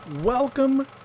Welcome